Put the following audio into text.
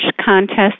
contest